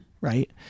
right